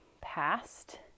past